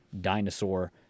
dinosaur